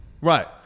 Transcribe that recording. Right